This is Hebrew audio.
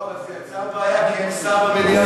לא, אבל זה יצר בעיה כי אין שר במליאה.